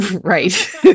right